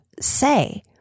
say